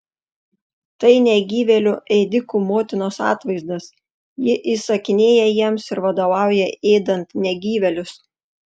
tai negyvėlių ėdikų motinos atvaizdas ji įsakinėja jiems ir vadovauja ėdant negyvėlius